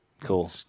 Cool